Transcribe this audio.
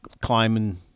climbing